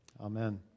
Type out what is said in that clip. Amen